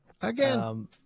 Again